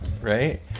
Right